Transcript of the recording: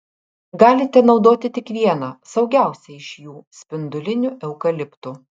galite naudoti tik vieną saugiausią iš jų spindulinių eukaliptų